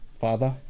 Father